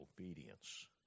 obedience